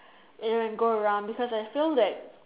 and then go around because I feel that